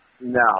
No